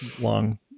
long